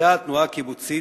התמודדה התנועה הקיבוצית,